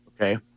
Okay